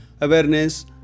awareness